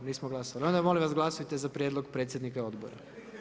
Nismo glasovali, onda molim vas glasujte za prijedlog predsjednika odbora.